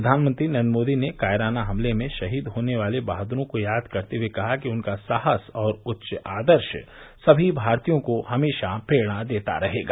प्रधानमंत्री नरेन्द्र मोदी ने कायराना हमले में शहीद होने वाले बहाद्रों को याद करते हये कहा कि उनका साहस और उच्च आदर्श समी भारतीयों को हमेशा प्रेरणा देता रहेगा